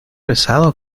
besado